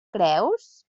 creus